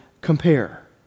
compare